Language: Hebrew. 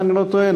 אם איני טועה.